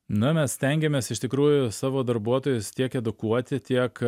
na mes stengiamės iš tikrųjų savo darbuotojus tiek edukuoti tiek